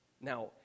Now